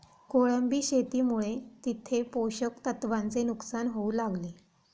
कोळंबी शेतीमुळे तिथे पोषक तत्वांचे नुकसान होऊ लागले